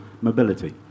mobility